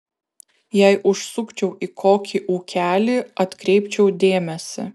jei užsukčiau į kokį ūkelį atkreipčiau dėmesį